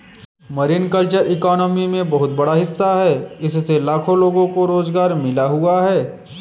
marine culture economy में बहुत बड़ा हिस्सा है इससे लाखों लोगों को रोज़गार मिल हुआ है